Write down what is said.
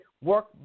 work